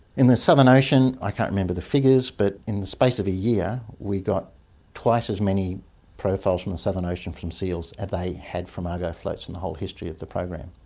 in the southern ocean, i can't remember the figures but in the space of a year we got twice as many profiles from the southern ocean from seals than they had from argo floats in the whole history of the program,